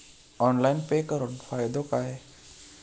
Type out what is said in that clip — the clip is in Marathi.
ऑनलाइन पे करुन फायदो काय?